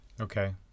Okay